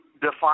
define